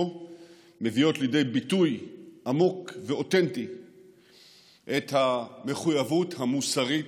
מביאות לידי ביטוי עמוק ואותנטי את המחויבות המוסרית